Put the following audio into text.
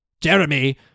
Jeremy